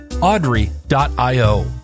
Audrey.io